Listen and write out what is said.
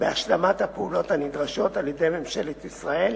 בהשלמת הפעולות הנדרשות על-ידי ממשלת ישראל,